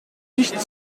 nicht